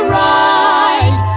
right